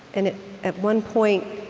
and at one point,